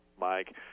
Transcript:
mike